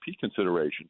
consideration